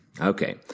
Okay